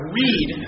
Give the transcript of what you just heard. read